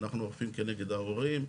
אנחנו אוכפים כנגד ההורים.